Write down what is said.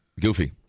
Goofy